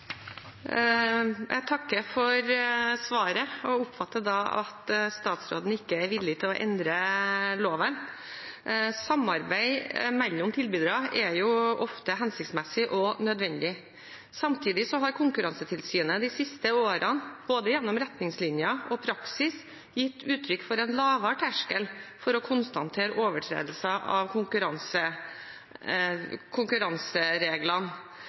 Jeg takker for svaret, og oppfatter at statsråden ikke er villig til å endre loven. Samarbeid mellom tilbydere er jo ofte hensiktsmessig og nødvendig. Samtidig har Konkurransetilsynet de siste årene, gjennom både retningslinjer og praksis, gitt uttrykk for en lavere terskel for å konstatere overtredelser av konkurransereglene.